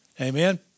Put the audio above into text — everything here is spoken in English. Amen